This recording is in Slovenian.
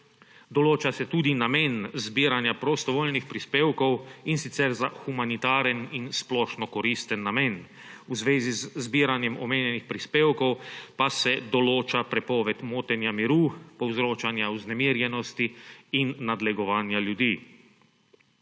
Določa se tudi namen zbiranja prostovoljnih prispevkov, in sicer za humanitaren in splošnokoristen namen. V zvezi z zbiranjem omenjenih prispevkov pa se določa prepoved motenja miru, povzročanja vznemirjenosti in nadlegovanja ljudi.